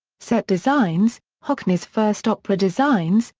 set designs hockney's first opera designs,